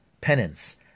penance